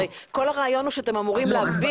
הרי כל הרעיון הוא שאתם אמורים להביא